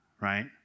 right